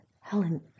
Helen